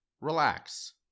relax